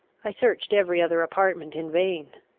i searched every other apartment in vain.